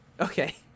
Okay